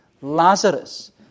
Lazarus